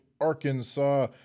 Arkansas